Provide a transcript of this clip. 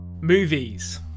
Movies